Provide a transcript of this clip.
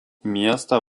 miestą